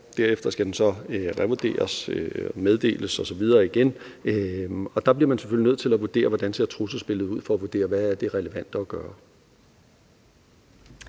Derefter skal den så revurderes og meddeles osv. igen. Og der bliver man selvfølgelig nødt til at vurdere, hvordan trusselsbilledet ser ud, for at vurdere, hvad det relevante er at gøre.